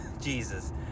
Jesus